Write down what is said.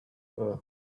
earth